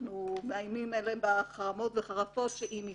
אנחנו מאיימים עליהם בחרמות וחרפות שאם הם